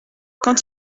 quand